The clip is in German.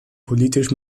politisch